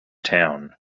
town